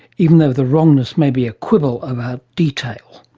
even though the wrongness may be a quibble about detail.